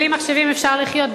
בלי מחשבים אפשר לחיות,